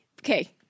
Okay